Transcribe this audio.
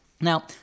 Now